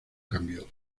cambio